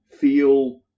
feel